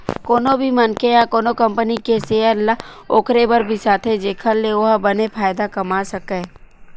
कोनो भी मनखे ह कोनो कंपनी के सेयर ल ओखरे बर बिसाथे जेखर ले ओहा बने फायदा कमा सकय